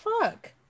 fuck